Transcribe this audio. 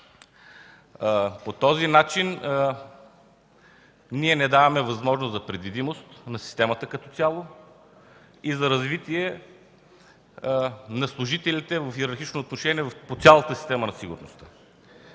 По този начин не даваме възможност за предвидимост на системата като цяло и за развитието на служителите в йерархично отношение по цялата система за сигурност.